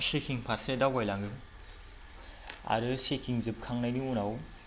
checking फारसे दावगायलाङो आरो चेकिं जोबखांनायनि उनाव